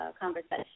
conversation